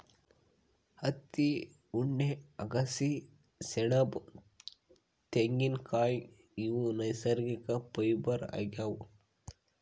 ಹತ್ತಿ ಉಣ್ಣೆ ಅಗಸಿ ಸೆಣಬ್ ತೆಂಗಿನ್ಕಾಯ್ ಇವ್ ನೈಸರ್ಗಿಕ್ ಫೈಬರ್ ಆಗ್ಯಾವ್